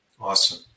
Awesome